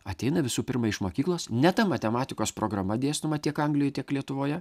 ateina visų pirma iš mokyklos ne ta matematikos programa dėstoma tiek anglijoj tiek lietuvoje